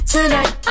Tonight